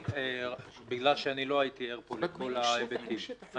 בגלל שלא הייתי ער לכל ההיבטים פה?